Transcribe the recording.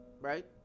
right